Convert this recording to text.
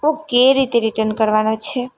okay એ રીતે return કરવાનું છે